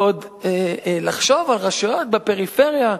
ועוד לחשוב על רשויות בפריפריה,